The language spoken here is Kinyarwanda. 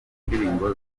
ndirimbo